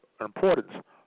importance